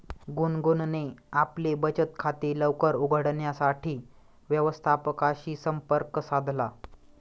गुनगुनने आपले बचत खाते लवकर उघडण्यासाठी व्यवस्थापकाशी संपर्क साधला